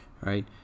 right